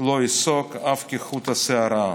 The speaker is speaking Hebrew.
לא אסוג אף כחוט השערה".